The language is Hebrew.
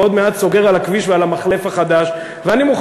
ועוד מעט סוגר על הכביש ועל המחלף החדש,